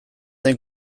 den